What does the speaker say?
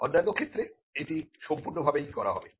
অন্যান্য ক্ষেত্রে এটি সম্পূর্ণ ভাবেই করা হবে